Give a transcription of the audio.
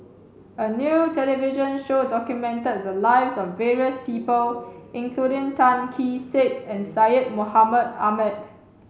a new television show documented the lives of various people including Tan Kee Sek and Syed Mohamed Ahmed